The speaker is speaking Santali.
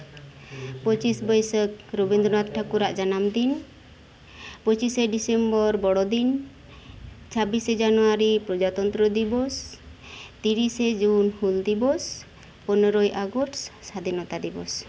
ᱯᱚᱸᱪᱤᱥ ᱵᱟᱹᱭᱥᱟᱹᱠᱷ ᱨᱚᱵᱤᱱᱫᱽᱨᱚᱱᱟᱛᱷ ᱴᱷᱟᱹᱠᱩᱨᱟᱜ ᱡᱟᱱᱟᱢ ᱫᱤᱱ ᱯᱚᱸᱪᱤᱥᱟ ᱰᱤᱥᱚᱢᱵᱚᱨ ᱵᱚᱲᱚ ᱫᱤᱱ ᱪᱷᱟᱵᱵᱤᱥᱮ ᱡᱟᱱᱩᱣᱟᱨᱤ ᱯᱨᱚᱡᱟᱛᱚᱱᱛᱚᱨᱚ ᱫᱤᱵᱚᱥ ᱛᱤᱨᱤᱥᱮ ᱡᱩᱱ ᱦᱩᱞ ᱫᱤᱵᱚᱥ ᱯᱚᱱᱮᱨᱚ ᱟᱜᱚᱥᱴ ᱥᱟᱫᱷᱤᱱᱚᱛᱟᱨ ᱫᱤᱵᱚᱥ